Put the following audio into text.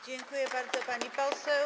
Dziękuję bardzo, pani poseł.